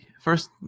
first